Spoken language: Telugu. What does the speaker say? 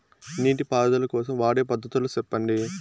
నీటి పారుదల కోసం వాడే పద్ధతులు సెప్పండి?